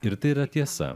ir tai yra tiesa